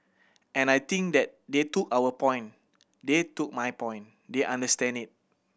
and I think that they took our point they took my point they understand it